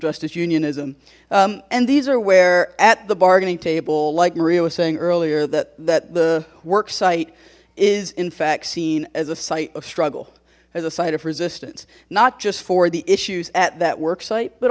justice unionism and these are where at the bargaining table like maria was saying earlier that that the worksite is in fact seen as a site of struggle as a site of resistance not just for the issues at that worksite but